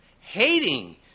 Hating